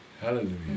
Hallelujah